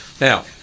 Now